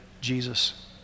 Jesus